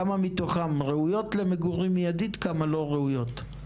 כמה מתוכן ראויות למגורים מיידית כמה לא ראויות?